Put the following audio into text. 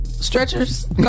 Stretchers